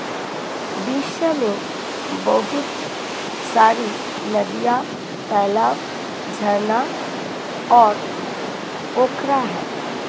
विश्व में बहुत सारी नदियां, तालाब, झरना और पोखरा है